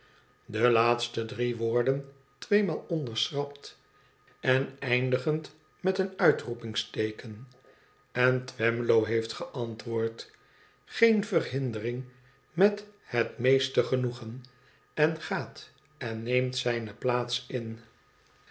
de laatste drie woorden tweemaal onderschrapt en eindigend met een uitroepingsteeken en twemlow heeft geantwoord igeen verhindering met het meeste genoegen en gaat en neemt zijne plaats in